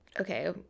Okay